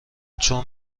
چون